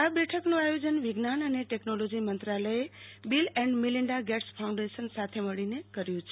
આ બેઠકનું આયોજન આ વર્ષે વિજ્ઞાન અને ટેકનોલોજી મંત્રાલયે Bill and Melinda Gates Foundation સાથે મળીને કર્યું છે